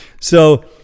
So-